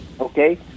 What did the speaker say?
okay